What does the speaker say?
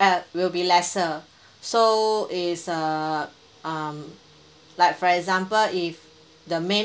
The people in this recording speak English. uh will be lesser so is uh um like for example if the main